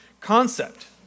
concept